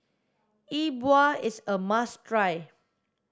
E Bua is a must try